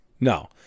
No